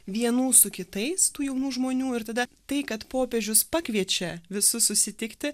vienų su kitais tų jaunų žmonių ir tada tai kad popiežius pakviečia visus susitikti